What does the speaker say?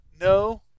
No